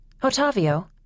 Otavio